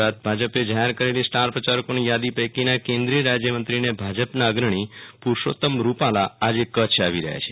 ગુજરાત ભાજપૈ જાહેર કરેલી સ્ટારે પ્રયારકોની યાદી પૈકીના કેન્દ્રીય રાજ્યમંત્રી અને ભાજપના અગ્રણી પુરૂષોત્તમે રૂપાલા આજે કે ચ્છ આવી રહ્યા છે